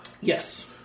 Yes